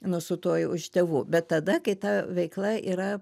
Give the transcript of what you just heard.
nu su tuo jau iš tėvų bet tada kai ta veikla yra